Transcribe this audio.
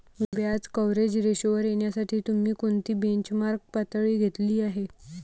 व्याज कव्हरेज रेशोवर येण्यासाठी तुम्ही कोणती बेंचमार्क पातळी घेतली आहे?